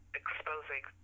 exposing